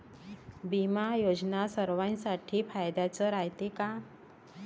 बिमा योजना सर्वाईसाठी फायद्याचं रायते का?